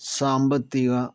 സാമ്പത്തിക